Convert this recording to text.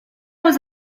was